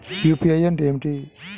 UPI అంటే ఏమిటి?